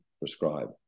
prescribe